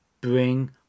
bring